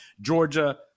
Georgia